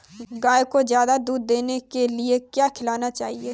गाय को ज्यादा दूध देने के लिए क्या खिलाना चाहिए?